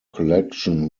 collection